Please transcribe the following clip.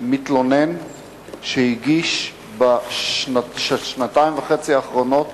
מתלונן שהגיש בשנתיים וחצי האחרונות